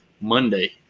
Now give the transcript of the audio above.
Monday